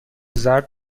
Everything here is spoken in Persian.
زرد